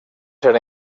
ser